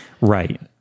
Right